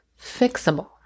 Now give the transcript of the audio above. fixable